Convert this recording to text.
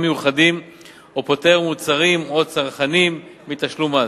מיוחדים או פוטר מוצרים או צרכנים מתשלום מס.